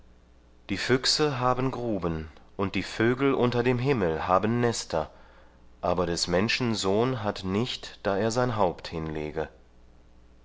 die füchse haben gruben und die vögel unter dem himmel haben nester aber des menschen sohn hat nicht da er sein haupt hinlege